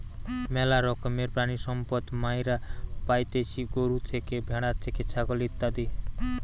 ম্যালা রকমের প্রাণিসম্পদ মাইরা পাইতেছি গরু থেকে, ভ্যাড়া থেকে, ছাগল ইত্যাদি